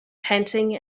panting